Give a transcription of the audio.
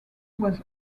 was